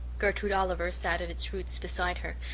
gertrude oliver sat at its roots beside her,